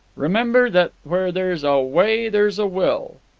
remember that where there's a way there's a will.